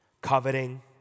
coveting